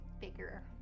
bigger